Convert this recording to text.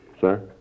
sir